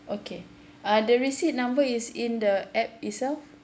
okay uh they receipt number is in the app itself